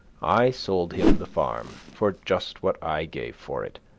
i sold him the farm for just what i gave for it,